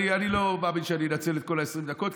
אני לא מאמין שאני אנצל את כל 20 הדקות,